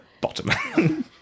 Bottom